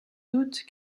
doute